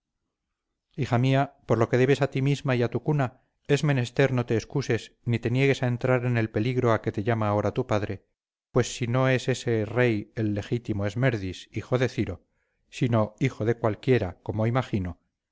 hija mía por lo que debes a ti misma y a tu cuna es menester no te excuses ni te niegues a entrar en el peligro a que te llama ahora tu padre pues si no es ese rey el legítimo esmerdis hijo de ciro sino hijo de cualquiera como imagino